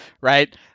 right